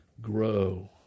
grow